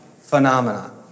phenomenon